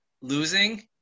losing